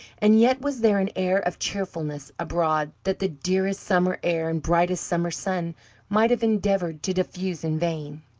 and yet was there an air of cheerfulness abroad that the dearest summer air and brightest summer sun might have endeavoured to diffuse in vain.